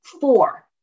four